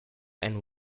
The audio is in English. and